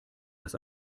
das